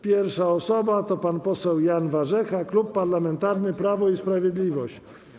Pierwsza osoba to pan poseł Jan Warzecha, Klub Parlamentarny Prawo i Sprawiedliwość.